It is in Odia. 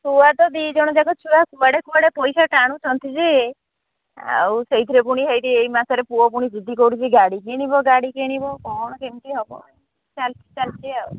ଛୁଆ ତ ଦି ଜଣ ଯାକ ଛୁଆ କୁଆଡ଼େ କୁଆଡ଼େ ପଇସା ଟାଣୁଛନ୍ତି ଯେ ଆଉ ସେଇଥିରେ ପୁଣି ହେଇଛି ଏଇ ମାସରେ ପୁଅ ପୁଣି ଜିଦ୍ଦି କରୁଛି ଗାଡ଼ି କିଣିବ ଗାଡ଼ି କିଣିବ କ'ଣ କେମିତି ହେବ ଚାଲିଛି ଚାଲିଛି ଆଉ